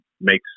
makes